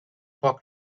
poc